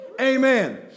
Amen